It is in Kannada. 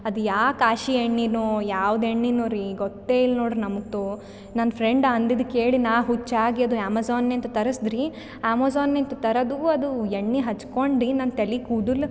ಅದು ಯಾ ಕಾಶಿ ಎಣ್ಣೆನೋ ಯಾವ್ದು ಎಣ್ಣೆನೋ ರೀ ಗೊತ್ತೇ ಇಲ್ಲ ನೋಡ್ರಿ ನಮ್ಗೆ ತೋ ನನ್ನ ಫ್ರೆಂಡ್ ಅಂದಿದ್ದ ಕೇಳಿ ನಾ ಹುಚ್ಚಾಗಿ ಅದು ಅಮೆಝನ್ನಿಂತ ತರಸಿದ್ರಿ ಅಮೆಝನ್ನಿಂತ ತರೋದು ಅದು ಎಣ್ಣೆ ಹಚ್ಕೊಂಡು ನನ್ನ ತಲಿ ಕೂದಲ್